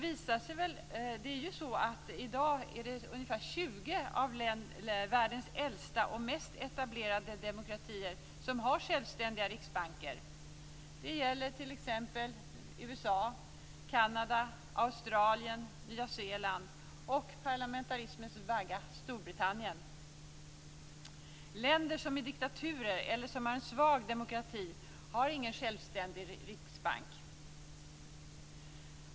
I dag har ungefär 20 av världens äldsta och mest etablerade demokratier självständiga riksbanker. Det gäller t.ex. USA, Kanada, Australien, Nya Zeeland och parlamentarismens vagga Storbritannien. Länder som är diktaturer eller som har en svag demokrati har ingen självständig riksbank.